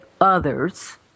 others